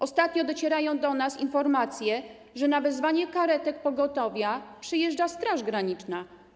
Ostatnio docierają do nas informacje, że na wezwanie karetek pogotowia przyjeżdża Straż Graniczna.